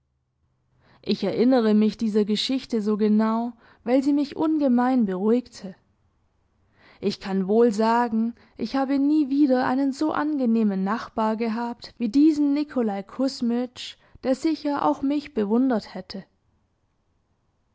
ich erinnere mich dieser geschichte so genau weil sie mich ungemein beruhigte ich kann wohl sagen ich habe nie wieder einen so angenehmen nachbar gehabt wie diesen nikolaj kusmitsch der sicher auch mich bewundert hätte